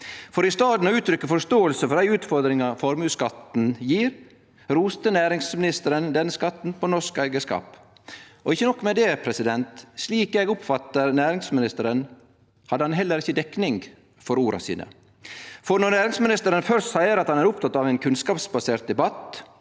for å uttrykkje forståing for dei utfordringane formuesskatten gjev, roste næringsministeren denne skatten på norsk eigarskap. Og ikkje nok med det: Slik eg oppfatta næringsministeren, hadde han heller ikkje dekning for orda sine. For når næringsministeren først seier at han er oppteken av ein kunnskapsbasert debatt,